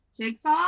Jigsaw